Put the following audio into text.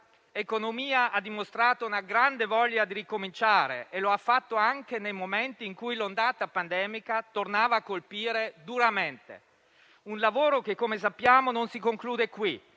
economia ha dimostrato una grande voglia di ricominciare; e lo ha fatto anche nei momenti in cui l'ondata pandemica tornava a colpire duramente. È un lavoro che, come sappiamo, non si conclude qui.